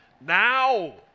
now